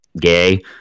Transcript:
gay